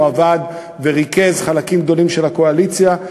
עבד וריכז חלקים גדולים של הקואליציה.